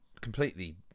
completely